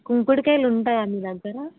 కుంకుడు కాయలు ఉంటాయా మీ దగ్గర